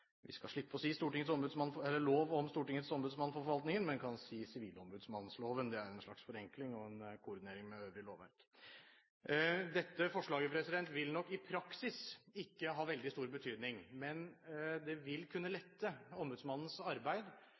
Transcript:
vi skal slippe å si lov om Stortingets ombudsmann for forvaltningen, men kan si «sivilombudsmannsloven». Det er en slags forenkling og en koordinering med det øvrige lovverket. I praksis vil nok ikke dette forslaget ha stor betydning, men det vil kunne lette ombudsmannens arbeid